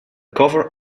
cover